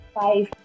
five